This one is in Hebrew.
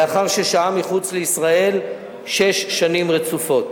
לאחר ששהה מחוץ לישראל שש שנים רצופות.